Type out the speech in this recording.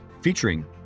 featuring